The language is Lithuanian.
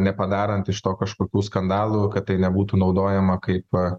nepadarant iš to kažkokių skandalų kad tai nebūtų naudojama kaip